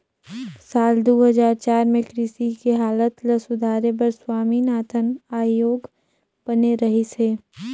साल दू हजार चार में कृषि के हालत ल सुधारे बर स्वामीनाथन आयोग बने रहिस हे